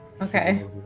Okay